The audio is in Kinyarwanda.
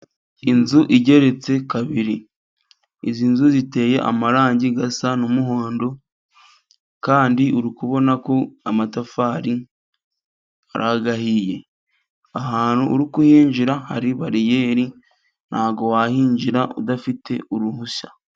Inzu igeretse kabiri, izi nzu ziteye amarangi asa n'umuhondo kandi uri kubona ko amatafari ari ahiye, ahantu uri kuhinjira hari bariyeri ntabwo wahinjira udafite uruhushya.